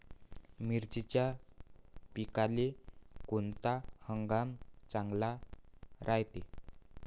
मिर्चीच्या पिकाले कोनता हंगाम चांगला रायते?